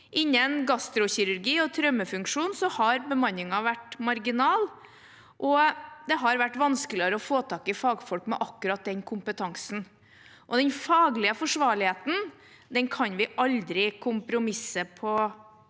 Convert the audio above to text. Innenfor gastrokirurgi og traumefunksjon har bemanningen vært marginal, og det har vært vanskeligere å få tak i fagfolk med akkurat den kompetansen. Den faglige forsvarligheten kan vi aldri kompromisse på.